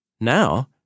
now